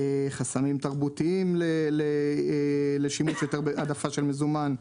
חסמים תרבותיים להעדפה לשימוש במזומן,